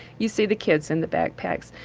you see the kids in the backpacks.